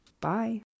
Bye